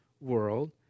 world